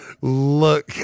look